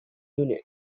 union